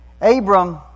Abram